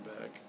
back